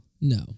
No